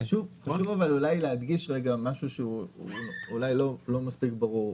אבל חשוב אולי להדגיש משהו שהוא אולי לא מספיק ברור.